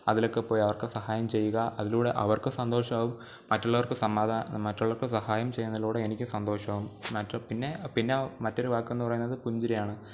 അതിലൊക്കെപ്പോയവർക്ക് സഹായം ചെയ്ക അതിലൂടെ അവർക്ക് സന്തോഷവാകും മറ്റുള്ളവർക്ക് സമാധാ മറ്റുള്ളവർക്ക് സഹായം ചെയ്യുന്നതിലൂടെ എനിക്ക് സന്തോഷമാകും പിന്നെ പിന്നെ മറ്റൊരു വാക്കെന്നു പറയുന്നത് പുഞ്ചിരിയാണ്